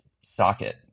socket